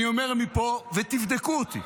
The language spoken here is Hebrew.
אני אומר מפה, ותבדקו אותי,